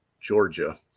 Georgia